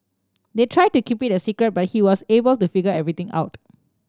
they tried to keep it a secret but he was able to figure everything out